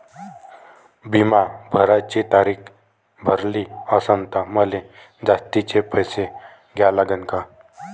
बिमा भराची तारीख भरली असनं त मले जास्तचे पैसे द्या लागन का?